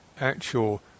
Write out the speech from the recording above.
actual